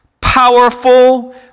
powerful